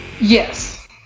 Yes